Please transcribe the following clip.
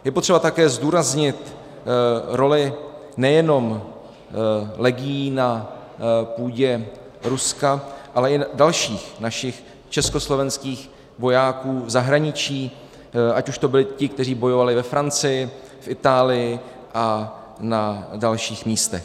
Je potřeba také zdůraznit roli nejenom legií na půdě Ruska, ale i dalších našich československých vojáků v zahraničí, ať už to byli ti, kteří bojovali ve Francii, Itálii a na dalších místech.